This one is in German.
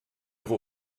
ihre